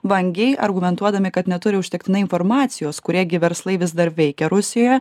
vangiai argumentuodami kad neturi užtektinai informacijos kurie gi verslai vis dar veikia rusijoje